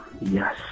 yes